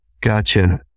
Gotcha